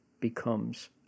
becomes